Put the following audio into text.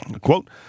Quote